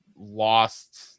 lost